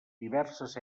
diverses